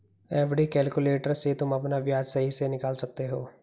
FD calculator से तुम अपना ब्याज सही से निकाल सकते हो